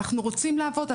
אנחנו רוצים לעבוד,